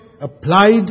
applied